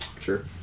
Sure